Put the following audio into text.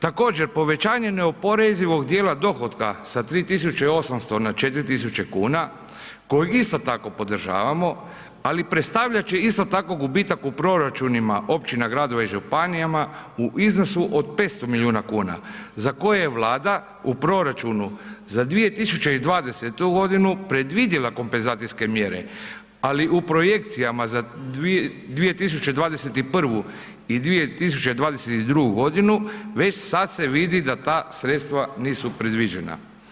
Također povećanje neoporezivog dijela dohotka sa 3.800,00 na 4.000,00 kn kojeg isto tako podržavamo, ali predstavljat će isto tako gubitak u proračunima općina, gradova i županijama u iznosu od 500 milijuna kuna za koje je Vlada u proračunu za 2020.g. predvidjela kompenzacijske mjere, ali u projekcijama za 2021. i 2022.g. već sad se vidi da ta sredstva nisu predviđena.